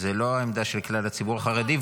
זאת לא העמדה של כלל הציבור החרדי,